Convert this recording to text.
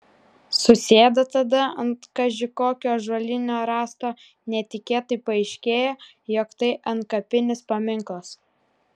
susėda tada ant kaži kokio ąžuolinio rąsto netikėtai paaiškėja jog tai antkapinis paminklas